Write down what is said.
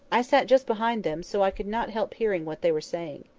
i sat just behind them, so i could not help hearing what they were saying.